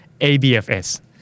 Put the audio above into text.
ABFS